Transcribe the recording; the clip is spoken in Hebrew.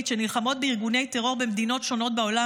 שנלחמות בארגוני טרור במדינות שונות בעולם,